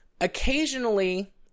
occasionally